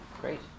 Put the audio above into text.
Great